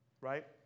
Right